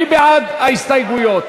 מי בעד ההסתייגויות?